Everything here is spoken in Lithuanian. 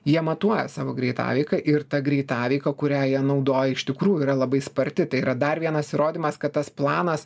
jie matuoja savo greitaveiką ir ta greitaveika kurią jie naudoja iš tikrųjų yra labai sparti tai yra dar vienas įrodymas kad tas planas